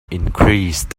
increased